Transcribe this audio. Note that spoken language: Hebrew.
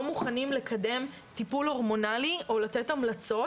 מוכנים לקדם טיפול הורמונלי או לתת המלצות,